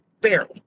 Barely